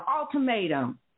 ultimatum